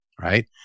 right